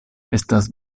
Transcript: estas